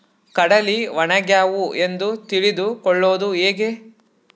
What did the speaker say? ಕಡಲಿ ಒಣಗ್ಯಾವು ಎಂದು ತಿಳಿದು ಕೊಳ್ಳೋದು ಹೇಗೆ?